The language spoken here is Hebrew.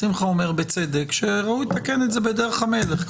שמחה אומר בצדק שראוי לתקן את זה בדרך המלך,